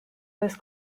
was